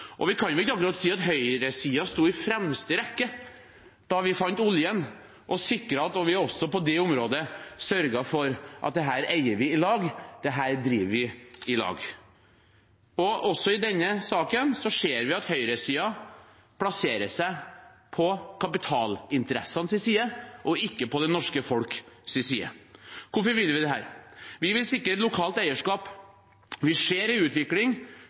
Og vi kan ikke akkurat si at høyresiden sto i fremste rekke da vi fant oljen og sikret at vi også på det området sørget for at vi eier og driver dette i lag. Også i denne saken ser vi at høyresiden plasserer seg på kapitalinteressenes side, ikke på det norske folks side. Hvorfor vil vi dette? Vi vil sikre lokalt eierskap. Vi ser en utvikling der lokale eiere i